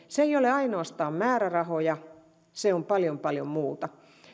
se ei ole ainoastaan määrärahoja se on paljon paljon muuta